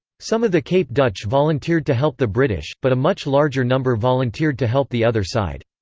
some of the cape dutch volunteered to help the british, but a much larger number volunteered to help the other side.